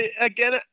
again